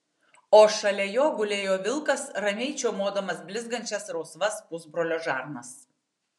o šalia jo gulėjo vilkas ramiai čiaumodamas blizgančias rausvas pusbrolio žarnas